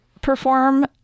perform